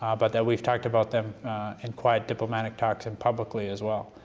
um but that we've talked about them in quite diplomatic talks, and publicly, as well,